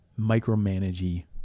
micromanagey